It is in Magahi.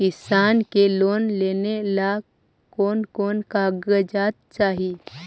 किसान के लोन लेने ला कोन कोन कागजात चाही?